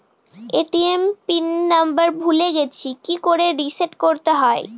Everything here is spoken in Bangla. এ.টি.এম পিন নাম্বার ভুলে গেছি কি করে রিসেট করতে হয়?